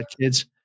Kids